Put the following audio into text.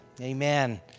Amen